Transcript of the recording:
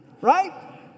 Right